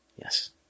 Yes